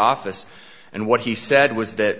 office and what he said was that